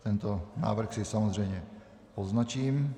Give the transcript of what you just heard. Tento návrh si samozřejmě poznačím.